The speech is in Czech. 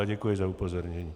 Děkuji za upozornění.